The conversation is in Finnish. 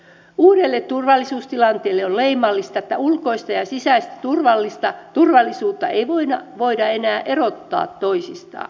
uudelle turvallisuustilanteelle on leimallista että ulkoista ja sisäistä turvallisuutta ei voida enää erottaa toisistaan